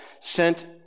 sent